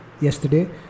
yesterday